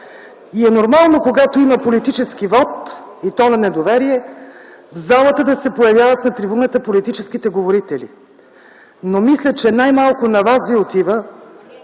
и е нормално, когато има политически вот и то на недоверие, в залата да се появяват на трибуната политическите говорители, но мисля, че най-малко на Вас Ви отива